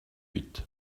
huit